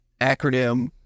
acronym